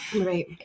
Right